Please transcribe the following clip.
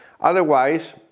Otherwise